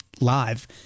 live